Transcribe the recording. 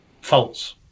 false